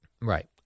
Right